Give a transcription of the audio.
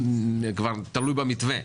רייטן מרום, זה כבר תלוי במתווה,